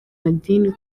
madini